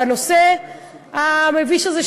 בנושא המביש הזה,